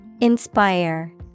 Inspire